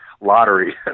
lottery